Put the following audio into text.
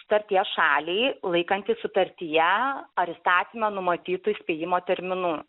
sutarties šaliai laikantis sutartyje ar įstatyme numatytų įspėjimo terminų